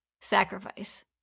sacrifice